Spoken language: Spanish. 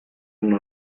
una